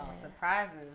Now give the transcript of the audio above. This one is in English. surprises